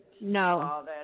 No